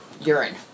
urine